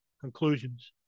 conclusions